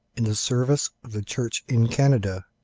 in the service of the church in canada.